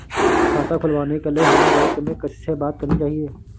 खाता खुलवाने के लिए हमें बैंक में किससे बात करनी चाहिए?